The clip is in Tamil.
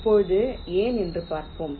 இப்போது ஏன் என்று பார்ப்போம்